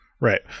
Right